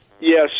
Yes